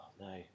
no